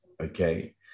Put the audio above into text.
Okay